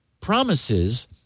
promises